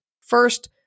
first